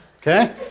Okay